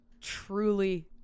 truly